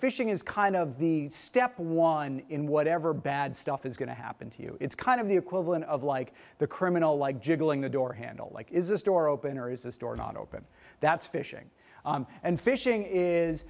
phishing is kind of the step one in whatever bad stuff is going to happen to you it's kind of the equivalent of like the criminal like jiggling the door handle like is a store open or is a store not open that's fishing and fishing is